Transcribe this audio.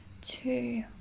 two